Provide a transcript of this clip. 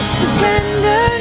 surrender